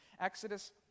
Exodus